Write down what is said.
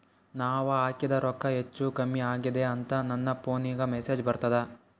ನಾವ ಹಾಕಿದ ರೊಕ್ಕ ಹೆಚ್ಚು, ಕಮ್ಮಿ ಆಗೆದ ಅಂತ ನನ ಫೋನಿಗ ಮೆಸೇಜ್ ಬರ್ತದ?